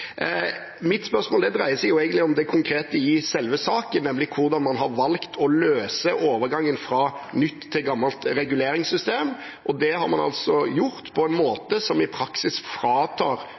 selve saken, nemlig hvordan man har valgt å løse overgangen fra nytt til gammelt reguleringssystem. Det har man altså gjort på en måte som i praksis fratar